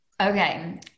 Okay